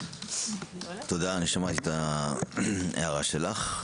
שמענו את הערתך.